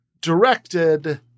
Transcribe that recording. directed